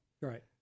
Right